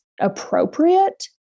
appropriate